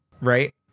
right